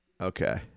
Okay